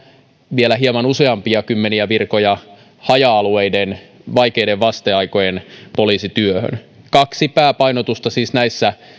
vielä hieman useampia kymmeniä virkoja haja alueiden vaikeiden vasteaikojen poliisityöhön kaksi pääpainotusta siis näissä